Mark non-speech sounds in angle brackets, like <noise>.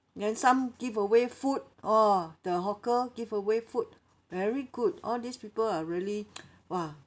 then some give away food oh the hawker giveaway food very good all these people are really <noise> !wah!